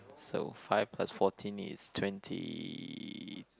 so five plus fourteen is twenty